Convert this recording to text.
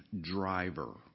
driver